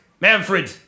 Manfred